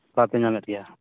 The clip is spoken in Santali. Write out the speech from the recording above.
ᱵᱟᱯᱮ ᱧᱟᱢᱮᱫ ᱜᱮᱭᱟ